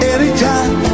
Anytime